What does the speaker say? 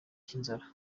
cy’inzara